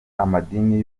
amadini